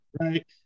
right